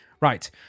Right